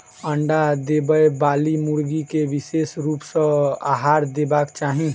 अंडा देबयबाली मुर्गी के विशेष रूप सॅ आहार देबाक चाही